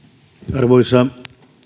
arvoisa